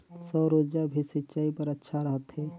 सौर ऊर्जा भी सिंचाई बर अच्छा रहथे?